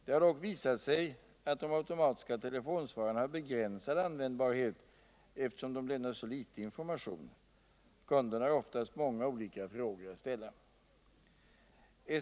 Det har dock visat sig att de automatiska telefonsvararna har begränsad användbarhet, eftersom de lämnar så litet information. Kunderna har oftast många olika frågor att ställa.